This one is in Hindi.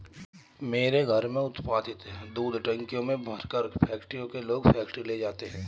मेरे घर में उत्पादित दूध टंकियों में भरकर फैक्ट्री के लोग फैक्ट्री ले जाते हैं